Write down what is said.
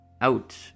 Out